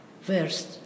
first